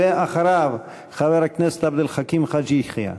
אחריו, חבר הכנסת עבד אל חכים חאג' יחיא.